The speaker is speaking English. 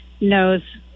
knows